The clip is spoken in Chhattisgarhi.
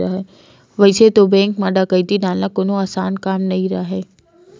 वइसे तो बेंक म डकैती डालना कोनो असान काम नइ राहय